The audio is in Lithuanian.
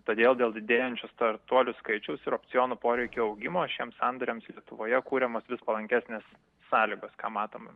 todėl dėl didėjančio startuolių skaičiaus ir opcionų poreikio augimo šiems sandoriams lietuvoje kuriamos vis palankesnės sąlygos ką matom